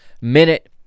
minute